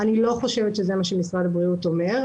אני לא חושבת שזה מה שמשרד הבריאות אומר.